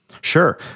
Sure